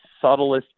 subtlest